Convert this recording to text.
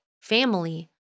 family